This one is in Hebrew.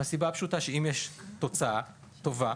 וזאת מהסיבה הפשוטה: אם יש תוצאה טובה